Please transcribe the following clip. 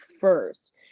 first